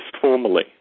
formally